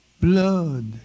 blood